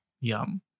Yum